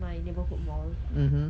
my neighbourhood mall